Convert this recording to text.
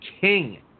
king